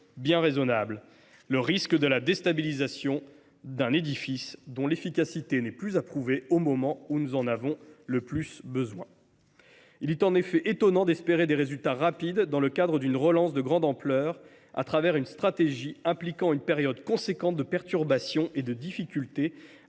bien raisonnable : le risque de la déstabilisation d’un édifice, dont l’efficacité n’est plus à prouver au moment, où nous en avons le plus besoin. Il est en effet étonnant d’espérer des résultats rapides dans le cadre d’une relance de grande ampleur, au travers d’une stratégie impliquant une période significative de perturbations et de difficultés